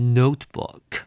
notebook，